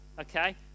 okay